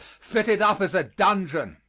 fitted up as a dungeon.